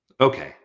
Okay